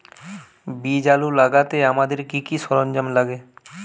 বীজ আলু লাগাতে আমাদের কি কি সরঞ্জাম লাগে?